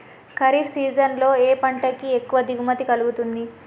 Kharif season లో ఏ పంట కి ఎక్కువ దిగుమతి కలుగుతుంది?